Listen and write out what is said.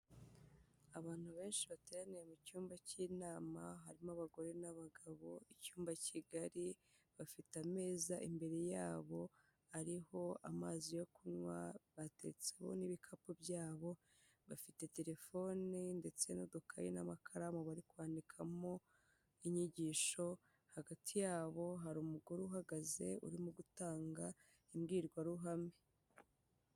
Abantu benshi bateraniye mu cyumba k'inama harimo abagore n'abagabo. Icyumba kigari bafite ameza imbere yabo ariho amazi yo kunywa, bateretseho n'ibikapu byabo bafite telefone ndetse n'udukayi n'amakaramu bari kwandikamo inyigisho. Hagati yabo hari umugore uhagaze urimo gutanga imbwirwaruhame.